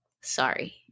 Sorry